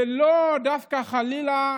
ולא דווקא, חלילה,